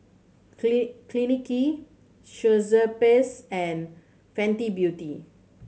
Clinique Schweppes and Fenty Beauty